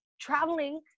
traveling